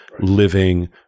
living